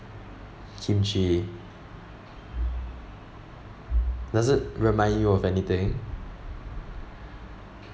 kimchi does it remind you of anything